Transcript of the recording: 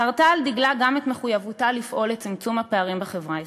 חרתה על דגלה גם את מחויבותה לפעול לצמצום הפערים בחברה הישראלית.